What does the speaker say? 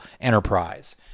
enterprise